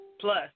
plus